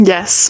Yes